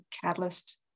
Catalyst